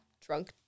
drunk